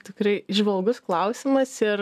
tikrai įžvalgus klausimas ir